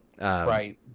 Right